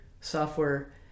software